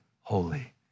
holy